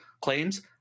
claims